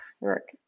Work